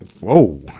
Whoa